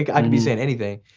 like i could be saying anything.